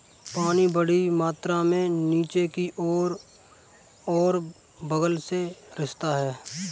पानी बड़ी मात्रा में नीचे की ओर और बग़ल में रिसता है